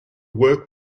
work